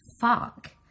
Fuck